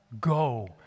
go